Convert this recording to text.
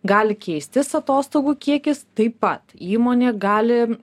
gali keistis atostogų kiekis taip pat įmonė gali